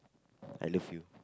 I love you